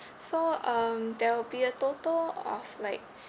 so um there will be a total of like